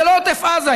זה לא עוטף עזה.